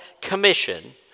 commission